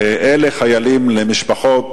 ואלה חיילים למשפחות,